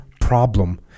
problem